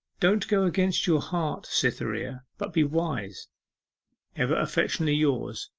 don't go against your heart, cytherea, but be wise ever affectionately yours,